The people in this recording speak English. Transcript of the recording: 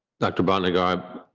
dr bonner garb.